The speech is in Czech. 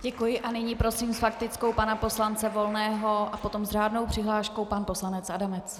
Děkuji a nyní prosím s faktickou pana poslance Volného, potom s řádnou přihláškou pan poslanec Adamec.